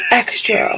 extra